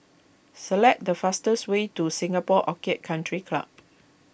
select the fastest way to Singapore Orchid Country Club